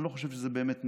אני לא חושב שזה באמת נאכף,